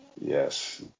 Yes